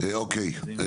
אוקיי.